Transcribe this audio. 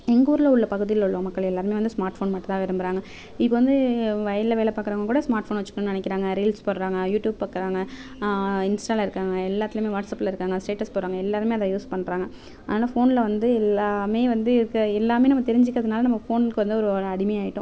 எங்கூரில் உள்ள பகுதியில் உள்ளவங் மக்கள் எல்லாருமே வந்து ஸ்மார்ட் ஃபோன் மட்டும் தான் விரும்புகிறாங்க இப்போ வந்து வயலில் வேலை பாக்கறவங்கக்கூட ஸ்மார்ட் ஃபோன் வெச்சுக்கணும் நினைக்கிறாங்க ரீல்ஸ் போடுகிறாங்க யூடியூப் பார்க்கறாங்க இன்ஸ்டாவில் இருக்காங்க எல்லாத்துலியுமே வாட்ஸ்அப்பில் இருக்காங்க ஸ்டேட்டஸ் போடுகிறாங்க எல்லாருமே அதை யூஸ் பண்றாங்க ஆனால் ஃபோனில் வந்து இல்லாமே வந்து இருக்க எல்லாமே நம்ம தெரிஞ்சிக்கிறதுனால் நம்ம ஃபோனுக்கு வந்து ஒரு அடிமை ஆகிட்டோம்